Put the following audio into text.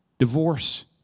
Divorce